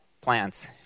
plants